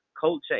culture